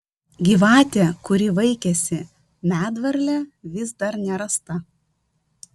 gyvatė kuri vaikėsi medvarlę vis dar nerasta